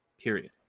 period